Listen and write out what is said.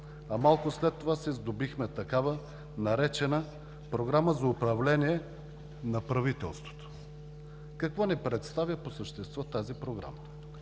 а малко след това се сдобихме с такава, наречена „Програма за управление на правителството“. Какво ни представя по същество тази Програма?